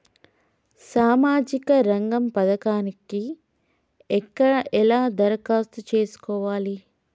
సామాజిక రంగం పథకానికి ఎక్కడ ఎలా దరఖాస్తు చేసుకోవాలి?